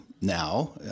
now